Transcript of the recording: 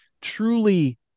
truly